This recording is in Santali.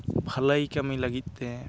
ᱵᱷᱟᱹᱞᱟᱹᱭ ᱠᱟᱹᱢᱤ ᱞᱟᱹᱜᱤᱫ ᱛᱮ